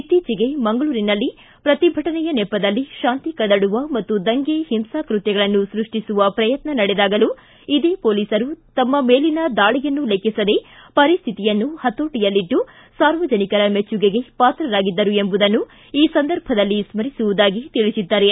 ಇತ್ತೀಚೆಗೆ ಮಂಗಳೂರಿನಲ್ಲಿ ಪ್ರತಿಭಟನೆಯ ನೆಪದಲ್ಲಿ ಶಾಂತಿ ಕದಡುವ ಮತ್ತು ದಂಗೆ ಹಿಂಸಾಕೃತ್ವಗಳನ್ನು ಸೃಷ್ಟಿಸುವ ಪ್ರಯತ್ನ ನಡೆದಾಗಲೂ ಇದೇ ಪೊಲೀಸರು ತಮ್ಮ ಮೇಲಿನ ದಾಳಿಯನ್ನು ಲೆಕ್ಕಿಸದೆ ಪರಿಸ್ಥಿತಿಯನ್ನು ಪತೋಟಿಯಲ್ಲಿಟ್ಟು ಸಾರ್ವಜನಿಕರ ಮೆಚ್ಚುಗೆಗೆ ಪಾತ್ರರಾಗಿದ್ದರು ಎಂಬುದನ್ನು ಈ ಸಂದರ್ಭದಲ್ಲಿ ಸ್ಥರಿಸುವುದಾಗಿ ತಿಳಿಸಿದ್ದಾರೆ